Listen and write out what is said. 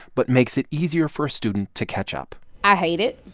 but makes it easier for a student to catch up i hate it.